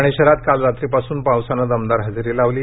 ठाणे शहरात काल रात्री पासून पावसानं दमदार हजेरी लावली